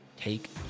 take